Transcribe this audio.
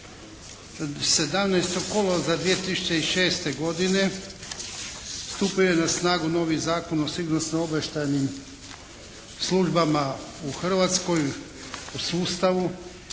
17. kolovoza 2006. godine stupio je na snagu novi Zakon o sigurnosno-obavještajnim službama u Hrvatskoj u sustavu